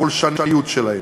הפולשניות שלהן,